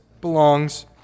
belongs